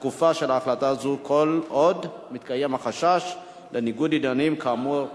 תוקפה של החלטה זו כל עוד מתקיים חשש לניגוד עניינים כאמור.